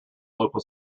local